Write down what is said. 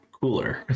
cooler